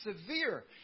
severe